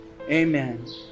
amen